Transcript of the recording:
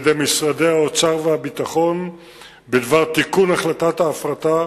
משרדי האוצר והביטחון בדבר תיקון החלטת ההפרטה,